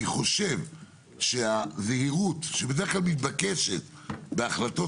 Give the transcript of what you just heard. אני חושב שהזהירות שבדרך כלל מתבקשת בהחלטות